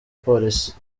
polisi